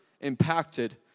impacted